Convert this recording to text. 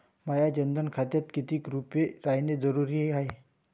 माह्या जनधन खात्यात कितीक रूपे रायने जरुरी हाय?